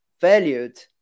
valued